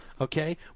Okay